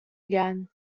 again